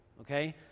okay